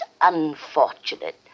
unfortunate